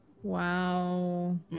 Wow